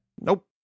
Nope